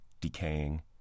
decaying